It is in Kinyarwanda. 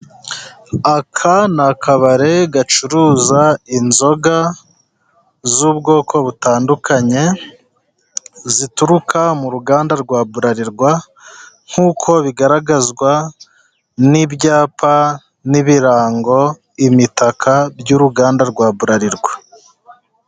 Aka ni akabare gacuruza inzoga z'ubwoko butandukanye, zituruka mu ruganda rwa Baralirwa, nk'uko bigaragazwa n'ibyapa n'ibirango, imitaka by'uruganda rwa Baralirwa.